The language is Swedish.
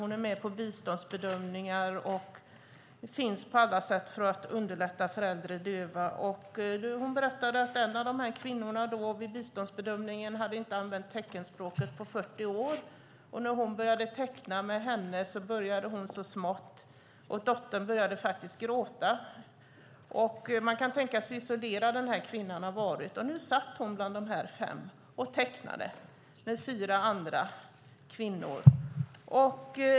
Hon är med på biståndsbedömningar och finns där på alla sätt för att underlätta för äldre döva. Hon berättade att en av kvinnorna vid biståndsbedömningen inte hade använt teckenspråket på 40 år. När hon började teckna med henne började hon så smått, och dottern började faktiskt gråta. Man kan tänka sig så isolerad den kvinnan har varit. Men nu satt hon bland de fem och tecknade, med fyra andra kvinnor.